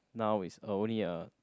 now is only a